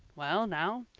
well now,